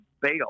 bail